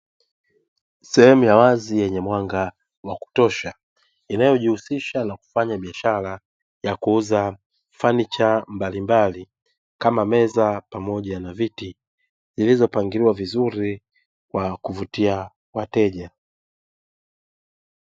Sehemu ya wazi yenye mwanga wa kutosha inayojihusisha na kufanya biashara ya kuuza fanicha mbalimbali kama meza pamoja na viti zilizopangiliwa vizuri kwa kuvutia wateja.